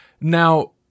Now